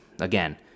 Again